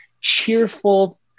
cheerful